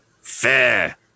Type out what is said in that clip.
Fair